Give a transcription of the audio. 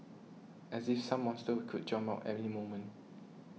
as if some monster could jump out moment